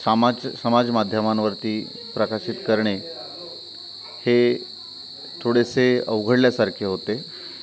सामाज समाज माध्यमांवरती प्रकाशित करणे हे थोडेसे अवघडल्यासारखे होते